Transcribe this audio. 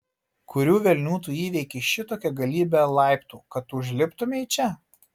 kurių velnių tu įveikei šitokią galybę laiptų kad užliptumei čia